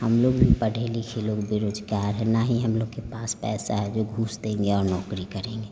हम लोग भी पढे लिखे लोग बेरोजगार हैं न ही हम लोग के पास पैसा है जो घूस देंगे और नौकरी करेंगे